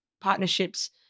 partnerships